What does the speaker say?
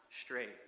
straight